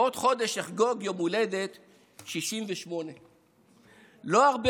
בעוד חודש אחגוג יום הולדת 68. לא הרבה